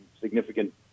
significant